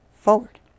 forward